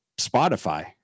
Spotify